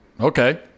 Okay